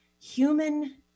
human